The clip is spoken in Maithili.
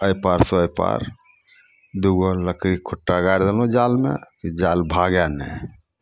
एहि पारसँ ओहि पार दू गो लकड़ी खुट्टा गाड़ि देलहुँ जालमे कि जाल भागय नहि